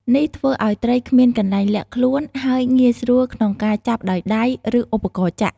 នេះធ្វើឲ្យត្រីគ្មានកន្លែងលាក់ខ្លួន ហើយងាយស្រួលក្នុងការចាប់ដោយដៃ ឬឧបករណ៍ចាក់។